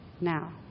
Now